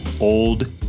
old